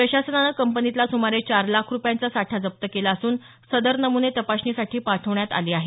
प्रशासनानं कंपनीतला सुमारे चार लाख रुपयांचा साठा जप्त केला असून सदर नमुने तपासणीसाठी पाठवण्यात आले आहेत